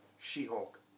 She-Hulk